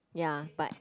ya but